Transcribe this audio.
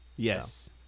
Yes